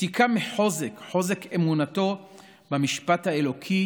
שתיקה מחוזק, חוזק אמונתו במשפט האלוקי